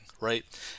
right